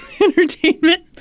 entertainment